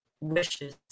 wishes